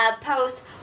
post